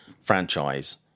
franchise